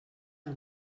del